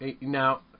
Now